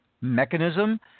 mechanism